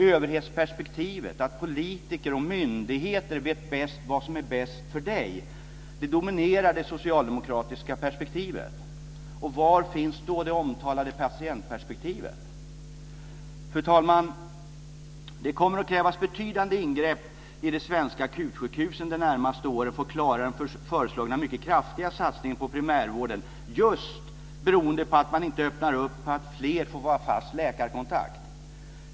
Överhetsperspektivet, att politiker och myndigheter vet bäst vad som är bäst för dig, dominerar det socialdemokratiska synsättet. Var finns då det omtalade patientperspektivet? Fru talman! Det kommer att krävas betydande ingrepp i de svenska akutsjukhusen de närmaste åren för att klara den föreslagna mycket kraftiga satsningen på primärvården, just beroende på att man inte öppnar för att fler får vara fast läkarkontakt.